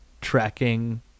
tracking